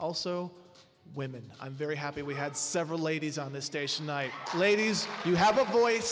also women i'm very happy we had several ladies on the station night ladies you have a